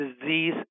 disease